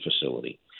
facility